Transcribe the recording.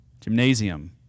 Gymnasium